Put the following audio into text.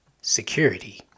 Security